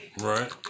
Right